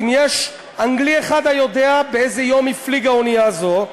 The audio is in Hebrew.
אם יש אנגלי אחד היודע אימתי הפליגה אונייה זאת,